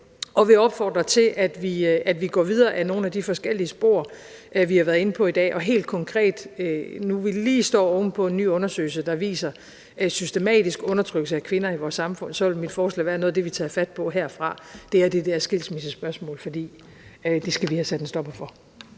og vil opfordre til, at vi går videre ad nogle af de forskellige spor, vi har været inde på i dag. Og helt konkret, nu, hvor vi lige står med en ny undersøgelse, der viser, at der er systematisk undertrykkelse af kvinder i vores samfund, vil mit forslag være, at noget af det, vi tager fat på herfra, er det her skilsmissespørgsmål, for det skal vi have sat en stopper for.